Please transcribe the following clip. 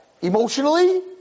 emotionally